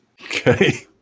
Okay